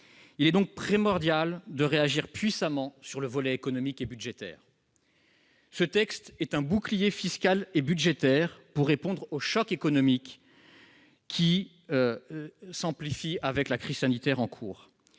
Il est donc primordial de réagir puissamment sur le volet économique et budgétaire. Ce projet de loi de finances rectificative est un bouclier fiscal et budgétaire pour répondre au choc économique qui s'amplifie avec la crise sanitaire en cours.